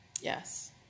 Yes